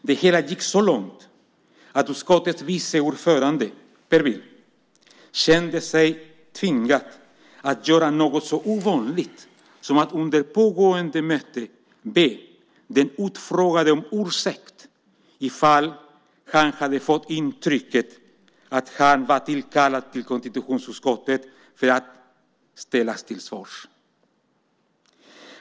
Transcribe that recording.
Det hela gick så långt att utskottets vice ordförande Per Bill kände sig tvingad att göra något så ovanligt som att under pågående möte be den utfrågade om ursäkt ifall han hade fått intrycket att han var tillkallad till konstitutionsutskottet för att "ställas till svars".